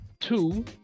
two